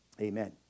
amen